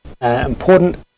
important